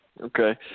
Okay